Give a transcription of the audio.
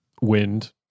Wind